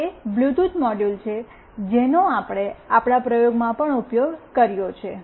આ તે Bluetooth module છે જેનો આપણે આપણા પ્રયોગમાં પણ ઉપયોગ કર્યો છે